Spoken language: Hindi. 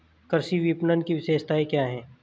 कृषि विपणन की विशेषताएं क्या हैं?